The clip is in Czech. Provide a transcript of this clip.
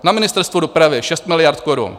Na Ministerstvu dopravy 6 miliard korun.